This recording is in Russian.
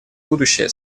будущее